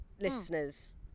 listeners